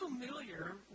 familiar